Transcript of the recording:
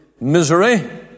misery